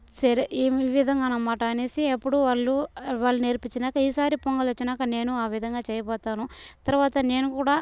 సరే ఏమి విధంగా అనమాట అనేసి అప్పుడూ వాళ్ళు వాళ్ళు నేర్పించినాక ఈసారి పొంగల్ వచ్చినాక నేను ఆ విధంగా చేయబోతాను తర్వాత నేను కూడా